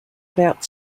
about